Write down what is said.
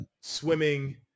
swimming